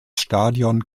stadion